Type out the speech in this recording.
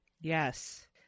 Yes